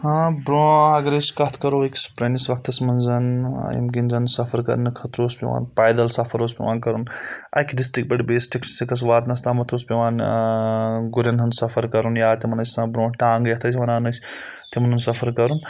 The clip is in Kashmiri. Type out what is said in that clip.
ہاں برونٛہہ اگر أسۍ کَتھ کَرو أکِس پرٛٲنِس وقتَس منٛز زَن یِم زَن سفر کرنہٕ خٲطرٕ اوس پیٚوان پیدَل سفر اوس پؠوان کَرُن اَکہِ ڈِسٹِرک پؠٹھ بیَیِس ڈِسٹِرکَس واتنَس تامَتھ اوس پؠوان گُرِٮ۪ن ہٕنٛد سفَر کرُن یا تِمَن ٲسۍ آسان برونٛہہ ٹانٛگہٕ یَتھ ٲسۍ وَنان أسۍ تِمَن ہُنٛد سفر کرُن